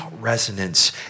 resonance